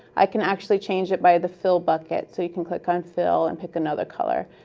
i can actually change it by the fill bucket, so you can click on fill and pick another color,